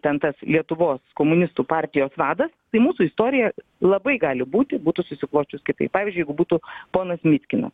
ten tas lietuvos komunistų partijos vadas tai mūsų istorija labai gali būti būtų susiklosčius kitaip pavyzdžiui jeigu būtų ponas mitkino